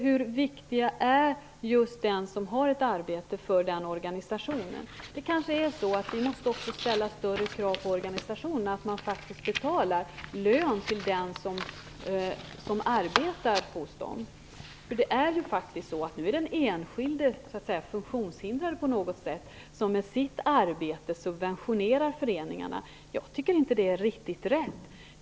Hur viktig är just den som har ett arbete för organisationen? Vi kanske också måste ställa större krav på organisationen att faktiskt betala lön till den som arbetar där. Nu är det den enskilde funktionshindrade som med sitt arbete subventionerar föreningarna. Jag tycker inte att det är riktigt rätt.